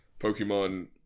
Pokemon